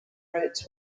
roots